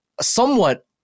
somewhat